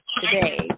today